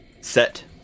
Set